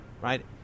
right